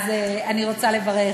אז אני רוצה לברך